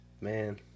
Man